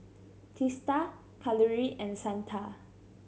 Teesta Kalluri and Santha